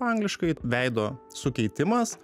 angliškai veido sukeitimas